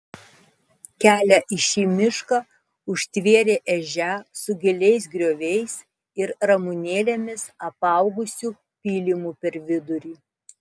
kelią į šį mišką užtvėrė ežia su giliais grioviais ir ramunėlėmis apaugusiu pylimu per vidurį